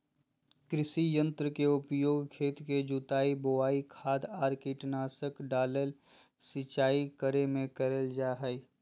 कृषि यंत्र के उपयोग खेत के जुताई, बोवनी, खाद आर कीटनाशक डालय, सिंचाई करे मे करल जा हई